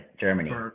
Germany